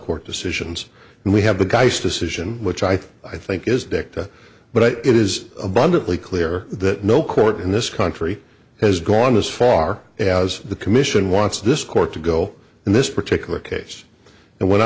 court decisions and we have the guy's decision which i think i think is dicta but it is abundantly clear that no court in this country has gone as far as the commission wants this court to go in this particular case and when